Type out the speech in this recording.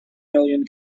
million